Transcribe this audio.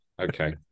okay